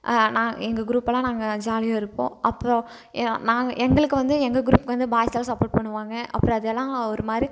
நான் எங்கள் குரூப்பெல்லாம் நாங்கள் ஜாலியாக இருப்போம் அப்றம் எ நாங்கள் எங்களுக்கு வந்து எங்கள் குரூப்புக்கு வந்து பாய்ஸெல்லாம் சப்போர்ட் பண்ணுவாங்க அப்புறம் அது எல்லாம் ஒரு மாதிரி